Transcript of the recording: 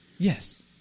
Yes